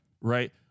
right